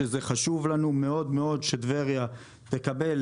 שזה חשוב לנו מאוד מאוד שטבריה תקבל